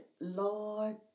Lord